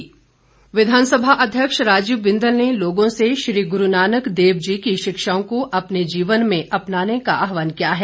बिंदल विधानसभा अध्यक्ष राजीव बिंदल ने लोगों से श्री गुरु नानक देव जी की शिक्षाओं को अपने जीवन में अपनाने का आहवान किया है